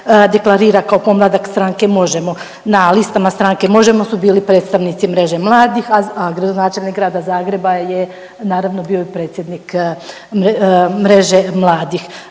deklarira kao pomladak stranke Možemo!. Na listama stranke Možemo! su bili predstavnici Mreže mladih, a gradonačelnika Grada Zagreba je naravno bio i predsjednik Mreže mladih.